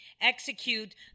execute